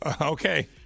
Okay